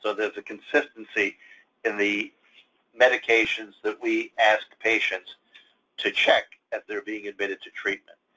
there's a consistency in the medications that we ask patients to check as they're being admitted to treatment.